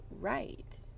right